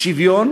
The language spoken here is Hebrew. שוויון